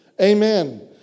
Amen